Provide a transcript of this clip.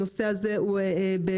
הנושא הזה הוא בדמה.